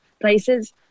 places